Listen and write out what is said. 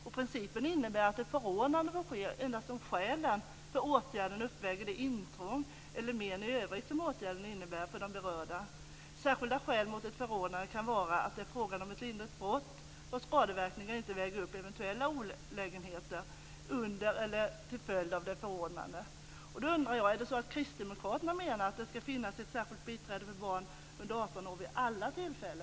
Den principen innebär att ett förordnande sker endast om skälen för åtgärden uppväger det intrång eller men i övrigt som åtgärden innebär för de berörda. Särskilda skäl mot ett förordnande kan vara att det är fråga om ett lindrigt brott och att skadeverkningarna inte väger upp eventuella olägenheter under eller till följd av ett förordnande.